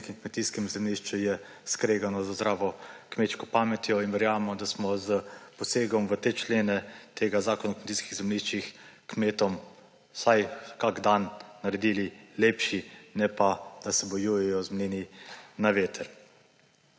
na nekem kmetijskem zemljišču, je skregano z zdravo kmečko pametjo in verjamemo, da smo s posegom v te člene zakona o kmetijskih zemljiščih kmetom vsaj kakšen dan naredili lepši, ne pa, da se bojujejo z mlini na veter.